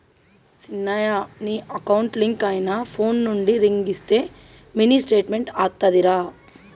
సిన్నయ నీ account link అయిన ఫోన్ నుండి రింగ్ ఇస్తే మినీ స్టేట్మెంట్ అత్తాదిరా